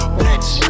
bitch